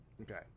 okay